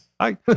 hi